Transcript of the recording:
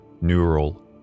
neural